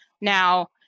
Now